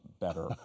better